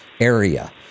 area